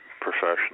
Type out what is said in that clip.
professional